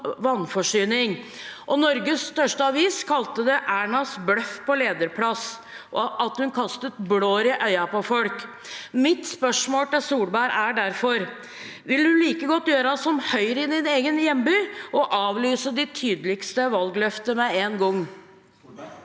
vannforsyning. Norges største avis kalte det Ernas bløff på lederplass, og skrev at hun kastet blår i øynene på folk. Mitt spørsmål til Solberg er derfor: Vil hun like godt gjøre som Høyre i sin egen hjemby og avlyse det tydeligste valgløftet med en gang?